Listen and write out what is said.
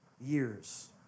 years